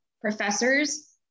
professors